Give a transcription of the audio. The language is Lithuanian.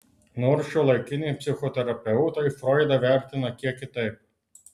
nors šiuolaikiniai psichoterapeutai froidą vertina kiek kitaip